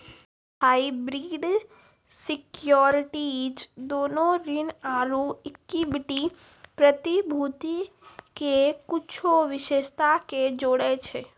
hybrid securities दोनो ऋण आरु इक्विटी प्रतिभूति के कुछो विशेषता के जोड़ै छै